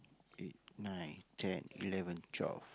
eight nine ten eleven twelve